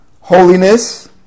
holiness